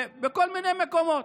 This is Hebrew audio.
בכל מיני מקומות,